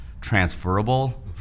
transferable